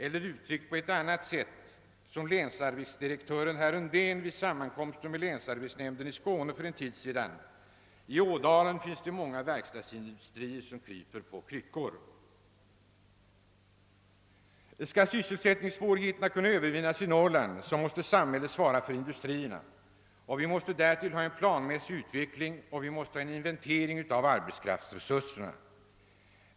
Länsarbetsdirektören herr Undén uttryckte det vid sammankomsten med länsarbetsnämnderna i Skåne för en tid sedan på följande sätt: »I Ådalen finns det många verkstadsindustrier som går på kryckor.» Skall sysselsättningssvårigheterna i Norrland kunna övervinnas måste samhället svara för industrierna och vi måste därtill ha en planmässig utveck ling och vi måste ha en inventering av arbetskraftsresurserna.